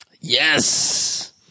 Yes